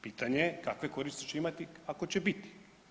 Pitanje je kakve koristi će imati ako će biti.